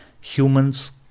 Humans